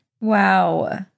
Wow